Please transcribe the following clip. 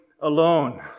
alone